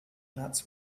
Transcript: nuts